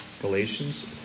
Galatians